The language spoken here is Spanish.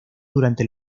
durante